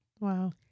Wow